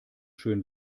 schön